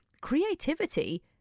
creativity